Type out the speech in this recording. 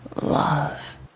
love